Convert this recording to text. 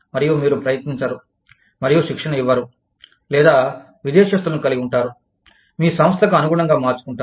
మరియు మీరు ప్రయత్నించరు మరియు శిక్షణ ఇవ్వరు లేదా విదేశస్థులను కలిగి ఉంటారు మీ సంస్థకు అనుగుణంగా మార్చుకుంటారు